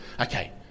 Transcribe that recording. Okay